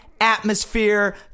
atmosphere